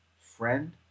friend